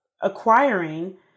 acquiring